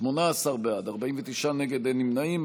18 בעד, 49 נגד, אין נמנעים.